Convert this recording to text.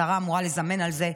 השרה אמורה לזמן על זה,